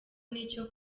n’icyo